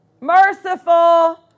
merciful